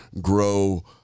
grow